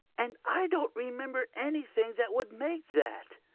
and i don't remember anything that would make that.